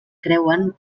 creuen